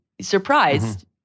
surprised